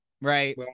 right